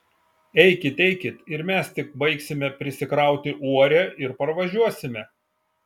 eikit eikit ir mes tik baigsime prisikrauti uorę ir parvažiuosime